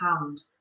hand